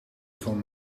van